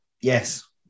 Yes